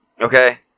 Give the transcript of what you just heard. Okay